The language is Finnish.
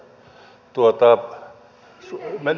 arvoisa puhemies